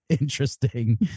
interesting